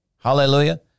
Hallelujah